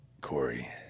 Corey